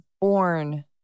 born